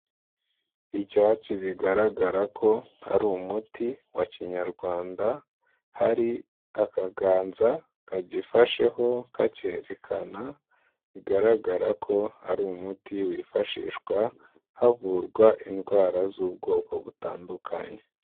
Icyatsi bigaragara ko ari umuti wa kinyarwanda, hari akaganza kagifasheho kakerekana, bigaragara ko hari umuti wifashishwa havurwa indwara z'ubwoko butandukanye.